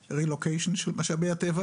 "רילוקיישן" של משאבי הטבע